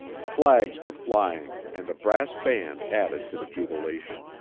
flags were flying and a brass band added to the jubilation.